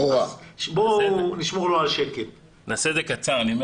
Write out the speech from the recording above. אני אהיה קצר.